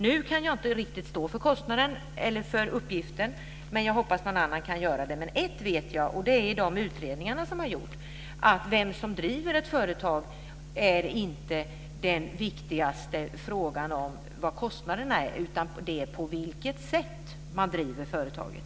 Nu kan jag inte riktigt stå för uppgiften; jag hoppas att någon annan kan göra det. Men ett vet jag, och det är att de utredningar som man har gjort visar att det viktigaste när det gäller kostnaden inte är vem som driver ett företag, utan det handlar om på vilket sätt man driver företaget.